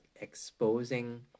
exposing